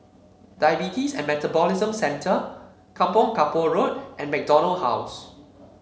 Diabetes and Metabolism Centre Kampong Kapor Road and MacDonald House